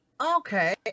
okay